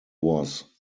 was